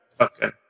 Okay